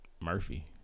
Murphy